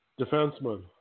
Defenseman